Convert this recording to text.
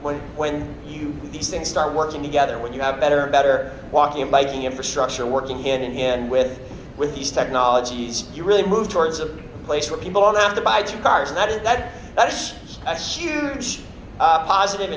one when these things start working together when you have better and better walking and biking infrastructure working hand in hand with with these technologies you really move towards a place where people are have to buy two cars and that is that ice ice huge positive